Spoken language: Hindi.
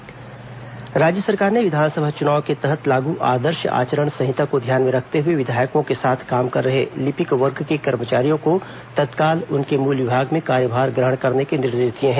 निर्वाचन लिपिक कार्यभार राज्य सरकार ने विधानसभा चुनाव के तहत लागू आदर्श आचरण संहिता को ध्यान में रखते हुए विधायकों के साथ काम कर रहे लिपिक वर्ग के कर्मचारियों को तत्काल उनके मूल विभाग में कार्यभार ग्रहण करने के निर्देश दिए हैं